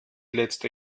letzte